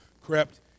crept